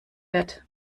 wird